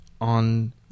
on